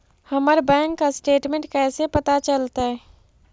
हमर bank statement कैसे पता चलतै?